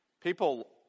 People